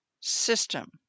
system